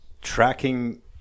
tracking